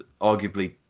arguably